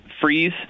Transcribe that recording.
Freeze